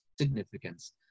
significance